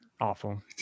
Awful